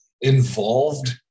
involved